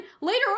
later